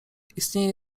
istnieje